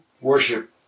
worship